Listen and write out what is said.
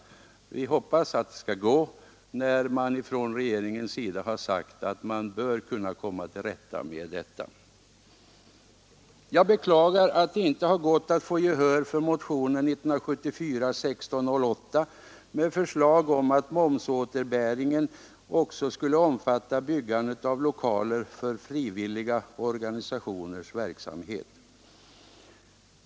Vi hoppas att det skall gå, när regeringen har sagt att man bör kunna komma till rätta med detta. Jag beklagar att det inte har gått att få gehör för motionen 1608 år 1974 med förslag om att momsåterbäringen även skall omfatta byggandet av lokaler för frivilliga organisationers verksamhet.